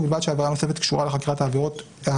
אלא לפי תקנות אלה או אם נקבע אחרת בהוראת חוק מפורשת.